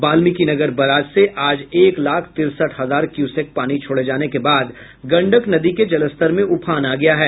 Valmikinagar barrage से आज एक लाख तिरसठ हजार क्यूसेक पानी छोड़े जाने के बाद गंडक नदी के जलस्तर में उफान आ गया है